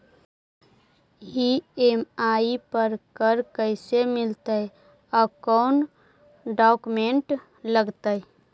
EMI पर car कैसे मिलतै औ कोन डाउकमेंट लगतै?